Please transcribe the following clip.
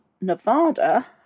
Nevada